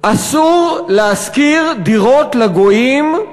אסור להשכיר דירות לגויים.